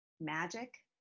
magic